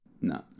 No